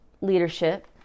leadership